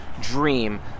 dream